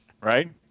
Right